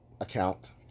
account